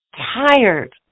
tired